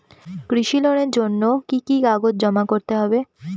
কৃষি লোনের জন্য কি কি কাগজ জমা করতে হবে?